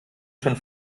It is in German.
schon